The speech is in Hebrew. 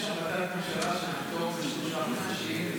יש החלטת ממשלה שבתוך שלושה חודשים,